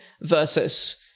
Versus